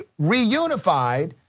reunified